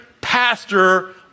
pastor